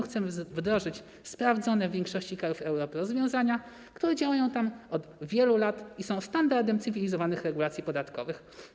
Chcemy wdrożyć sprawdzone w większości krajów Europy rozwiązania, które działają tam od wielu lat i są standardem cywilizowanych regulacji podatkowych.